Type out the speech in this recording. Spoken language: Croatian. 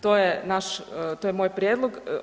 To je naš, to je moj prijedlog.